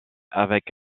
avec